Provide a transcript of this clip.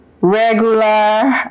regular